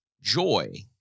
joy